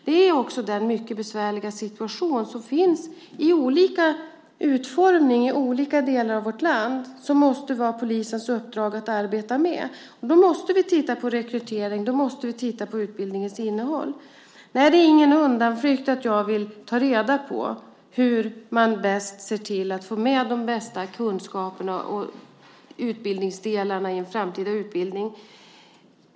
Det är också den mycket besvärliga situation som finns i olika utformning i olika delar av vårt land som det måste vara polisens uppdrag att arbeta med. Då måste vi titta på rekrytering. Då måste vi titta på utbildningens innehåll. Nej, det är ingen undanflykt att jag vill ta reda på hur man bäst ser till att få med de bästa kunskaperna och utbildningsdelarna i en framtida utbildning.